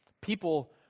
People